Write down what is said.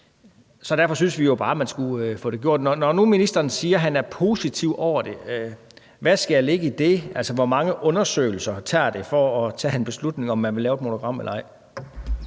Så derfor synes vi jo bare, at man skulle få det gjort. Når ministeren siger, at han er positiv over for det, hvad skal jeg lægge i det? Altså, hvor mange undersøgelser tager det for at tage en beslutning om, om man vil lave et monogram eller ej?